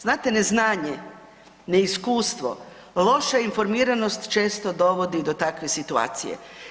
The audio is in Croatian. Znate neznanje, neiskustvo, loša informiranost često dovodi do takve situacije.